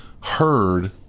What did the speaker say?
heard